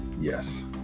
Yes